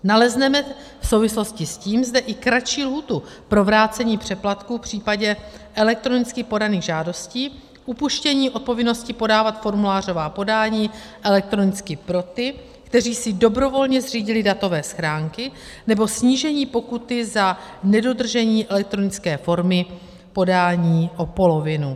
Nalezneme v souvislosti s tím zde i kratší lhůtu pro vrácení přeplatku v případě elektronicky podaných žádostí, upuštění od povinnosti podávat formulářová podání elektronicky pro ty, kteří si dobrovolně zřídili datové schránky, nebo snížení pokuty za nedodržení elektronické formy podání o polovinu.